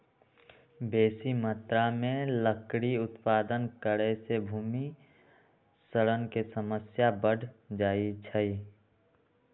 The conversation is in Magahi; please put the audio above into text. बेशी मत्रा में लकड़ी उत्पादन करे से भूमि क्षरण के समस्या बढ़ जाइ छइ